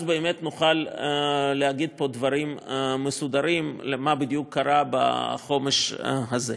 אז באמת נוכל להגיד פה דברים מסודרים על מה בדיוק קרה בחומש הזה.